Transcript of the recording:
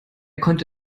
konnte